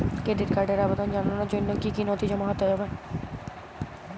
Credit কার্ডের আবেদন জানানোর জন্য কী কী নথি জমা দিতে হবে?